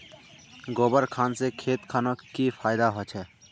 गोबर खान से खेत खानोक की फायदा होछै?